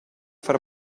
far